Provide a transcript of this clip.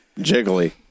jiggly